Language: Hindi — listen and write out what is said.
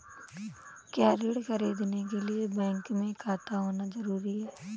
क्या ऋण ख़रीदने के लिए बैंक में खाता होना जरूरी है?